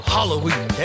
Halloween